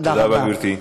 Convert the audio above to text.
תודה רבה.